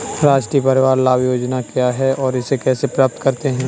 राष्ट्रीय परिवार लाभ परियोजना क्या है और इसे कैसे प्राप्त करते हैं?